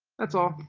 that's all.